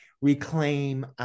reclaim